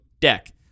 deck